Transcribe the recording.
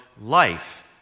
life